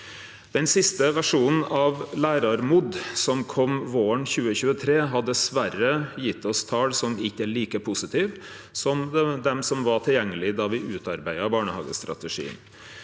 Den siste versjonen av LÆRARMOD, som kom våren 2023, har dessverre gjeve oss tal som ikkje er like positive som dei som var tilgjengelege då me utarbeidde barnehagestrategien.